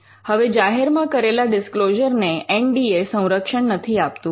હવે જાહેરમાં કરેલા ડિસ્ક્લોઝર ને એન ડી એ સંરક્ષણ નથી આપતું